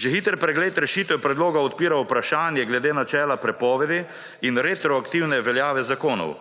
Že hiter pregled rešitev predloga odpira vprašanje glede načela prepovedi in retroaktivne veljave zakonov.